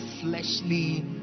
fleshly